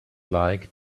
like